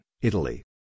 Italy